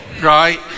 right